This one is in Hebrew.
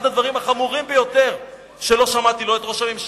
אחד הדברים החמורים ביותר הוא שלא שמעתי לא את ראש הממשלה